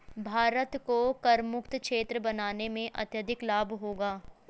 भारत को करमुक्त क्षेत्र बनाने से अत्यधिक लाभ होगा